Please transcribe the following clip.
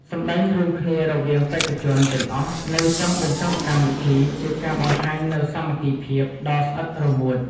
សម្ដែងរួមគ្នារវាងបេក្ខជនទាំងអស់នៅចុងបញ្ចប់កម្មវិធីជាការបង្ហាញនូវសាមគ្គីភាពដ៏ស្អិតរមួត។